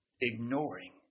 ignoring